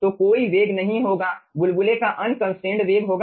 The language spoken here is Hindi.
तो कोई वेग नहीं होगा बुलबुले का अनकंस्ट्रेंड वेग होगा